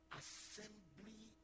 assembly